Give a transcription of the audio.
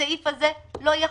הסעיף הזה לא יחול.